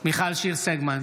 מיכל שיר סגמן,